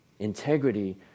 Integrity